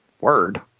word